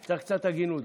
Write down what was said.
צריך גם קצת הגינות.